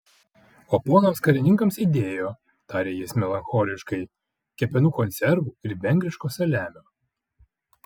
o ponams karininkams įdėjo tarė jis melancholiškai kepenų konservų ir vengriško saliamio